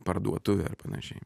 parduotuvę ar panašiai